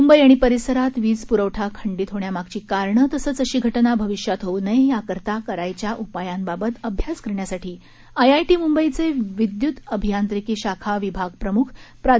मुंबई आणि परिसरात वीज पुरवठा खंडीत होण्यामागची कारणं तसंच अशी घटना भविष्यात होऊ नये याकरता करायच्या उपायांबाबत अभ्यास करण्यासाठी आयआयटी मुंबईचे विद्यतु अभियांत्रिकी शाखा विभाग प्रमुख प्रा